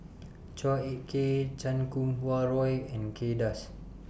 Chua Ek Kay Chan Kum Wah Roy and Kay Das